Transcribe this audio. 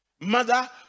Mother